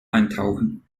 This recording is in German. eintauchen